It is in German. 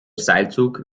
seilzug